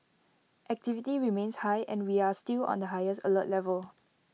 activity remains high and we are still on the highest alert level